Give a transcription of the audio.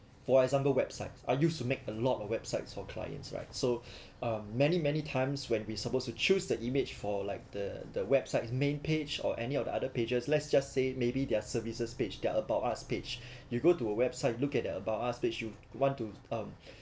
for example websites I used to make a lot of websites for clients right so uh many many times when we supposed to choose the image for like the the website's main page or any of the other pages let's just say maybe their services page there about us page you go to a website look at the about us which you want to um